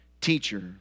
Teacher